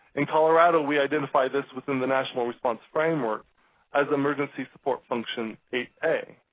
in colorado we identify this within the national response framework as emergency support function eight a,